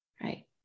right